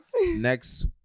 next